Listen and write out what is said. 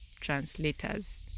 translators